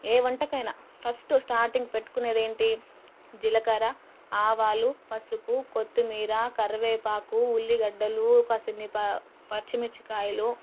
ఏ వంటకైనా first starting పెట్టుకునేది ఏంటి జీలకర్ర ఆవాలు పసుపు కొత్తిమీర కరివేపాకు ఉల్లిగడ్డలు కాసిన్ని ప పచ్చిమిర్చి కాయలు